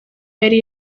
yari